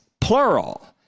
plural